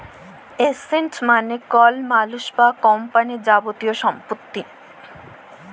asset মালে কল মালুস বা কম্পালির যাবতীয় ছম্পত্তি